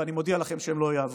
ואני מודיע שהם לא יעברו,